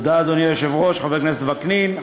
תודה, אדוני היושב-ראש, חבר הכנסת וקנין.